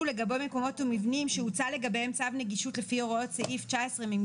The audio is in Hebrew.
זה ברור מאליו שבחצי השנה הקרובה אתם תגיעו לכאן עם